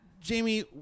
Jamie